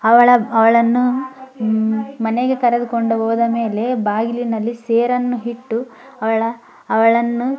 ಅವಳ ಅವಳನ್ನು ಮನೆಗೆ ಕರೆದುಕೊಂಡು ಹೋದ ಮೇಲೆ ಬಾಗಿಲಿನಲ್ಲಿ ಸೇರನ್ನು ಇಟ್ಟು ಅವಳ ಅವಳನ್ನು